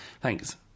Thanks